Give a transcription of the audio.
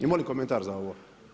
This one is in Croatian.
Ima li komentar za ovo?